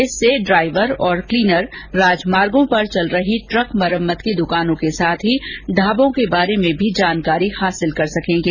इससे ड्राईवर और क्लीनर राजमार्गों पर चल रही ट्रक मरम्मत की दुकानों के साथ ही ढाबों के बारे में जानकारी हासिल कर सकेंगे